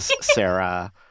Sarah